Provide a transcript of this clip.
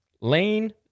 Lane